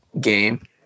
game